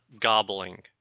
gobbling